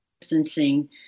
distancing